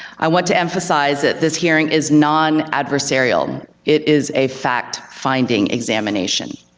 i want to emphasize that this hearing is non-adversarial. it is a fact finding examination.